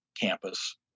campus